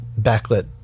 backlit